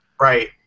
Right